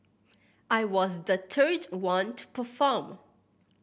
I was the third one to perform